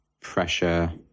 pressure